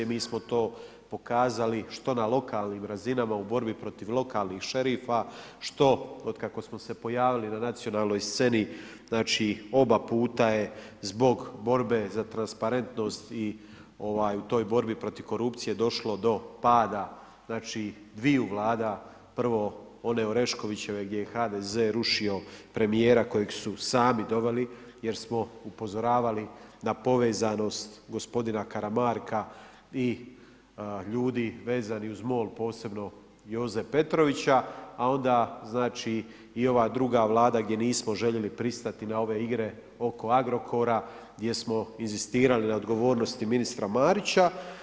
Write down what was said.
Mi smo to pokazali, što na lokalnim razinama u borbi protiv lokalnih šerifa, što od kako smo se pojavili na nacionalnoj sceni, znači oba puta je zbog borbe za transparentnost i u toj borbi protiv korupcije došlo do pada znači dviju vlada, prvo one Oreškovićeve gdje je HDZ rušio premjera kojeg su sami doveli, jer smo upozoravali na povezanost gospodina Karamarka i ljudi vezano uz MOL posebno Joze Petrovića, a onda znači i ova druga Vlada, gdje nismo željeli pristati na ove igre oko Agrokora, gdje smo inzistirali na odgovornosti ministra Marića.